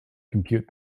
compute